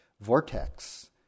vortex